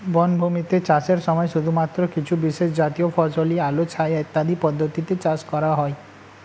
বনভূমিতে চাষের সময় শুধুমাত্র কিছু বিশেষজাতীয় ফসলই আলো ছায়া ইত্যাদি পদ্ধতিতে চাষ করা হয়